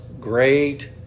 great